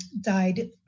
died